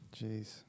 Jeez